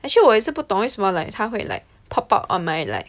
actually 我也是不懂为什么 like 它会 like pop up on my like